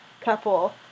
couple